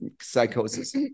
psychosis